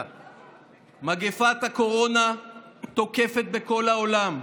מגפת הקורונה תוקפת בכל העולם,